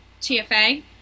TFA